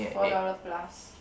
four dollar plus